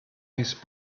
these